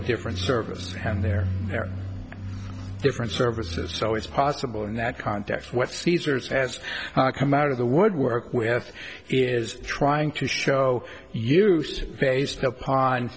a different service and there are different services so it's possible in that context what caesar's has come out of the woodwork with is trying to show use based upon